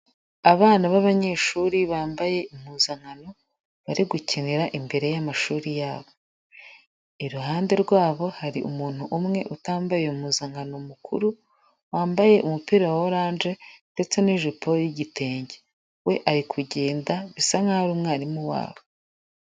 Abana b'abanyeshuri bambaye impuzankano, bari gukinira imbere y'amashuri yabo. Iruhande rwabo hari umuntu umwe utambaye iyo mpuzankano mukuru, wambaye umupira wa oranje ndetse n'ijipo y'igitenge. We ari kugenda bisa nkaho ari umwarimu wabo.